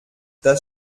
das